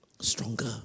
Stronger